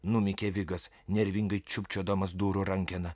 numykė vigas nervingai čiupčiodamas durų rankeną